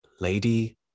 Lady